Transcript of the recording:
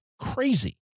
crazy